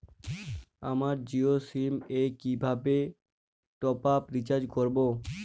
আমার জিও সিম এ কিভাবে টপ আপ রিচার্জ করবো?